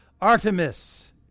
Artemis